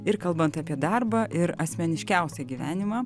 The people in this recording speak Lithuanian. ir kalbant apie darbą ir asmeniškiausią gyvenimą